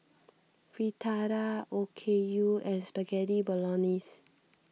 Fritada Okayu and Spaghetti Bolognese